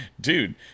dude